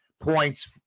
points